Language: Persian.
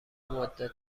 مدت